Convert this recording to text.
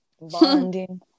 bonding